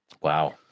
Wow